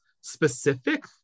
specific